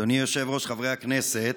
אדוני היושב-ראש, חברי הכנסת,